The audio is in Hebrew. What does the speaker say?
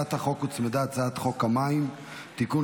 להצעת החוק הוצמדה הצעת חוק המים (תיקון,